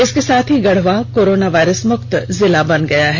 इसके साथ ही गढ़वा कोरोना वायरस मुक्त जिला बन गया है